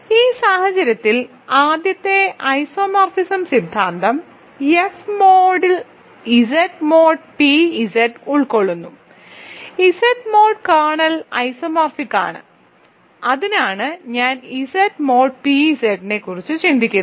ഈ സാഹചര്യത്തിൽ ആദ്യത്തെ ഐസോമോർഫിസം സിദ്ധാന്തം എഫ് മോഡിൽ ഇസഡ് മോഡ് പി ഇസെഡ് ഉൾക്കൊള്ളുന്നു ഇസഡ് മോഡ് കേർണൽ ഐസോമോഫിക് ആണ് അതിനാണ് ഞാൻ ഇസഡ് മോഡ് പി z നെക്കുറിച്ച് ചിന്തിക്കുന്നത്